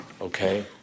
okay